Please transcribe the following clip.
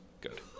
good